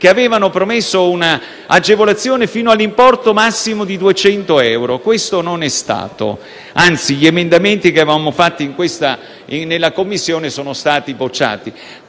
che avevano promesso una agevolazione fino all'importo massimo di 200 euro. Così non è stato e, anzi, gli emendamenti che avevamo proposto in Commissione sono stati bocciati.